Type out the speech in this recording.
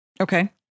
Okay